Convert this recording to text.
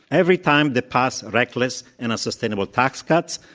every time they pass reckless and unsustainable tax cuts,